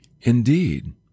Indeed